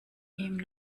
ihm